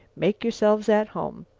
make yourselves at home!